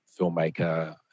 filmmaker